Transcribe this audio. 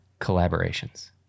collaborations